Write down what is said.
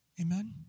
Amen